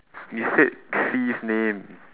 you said C's name